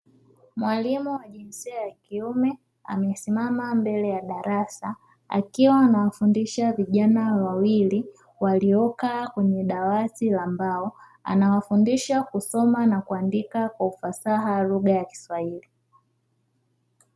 Mwalimu wa jinsia ya kiume amesimama mbele ya darasa, akiwa anawafundisha vijana wawili waliokaa kwenye dawati la mbao. Anawafundisha kusoma na kuandika kwa ufasaha lugha ya kiswahili.